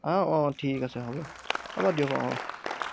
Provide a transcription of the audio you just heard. অঁ অঁ ঠিক আছে হ'ব হ'ব দিয়ক অঁ অঁ